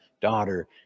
daughter